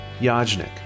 Yajnik